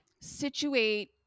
situate